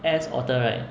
ass otter right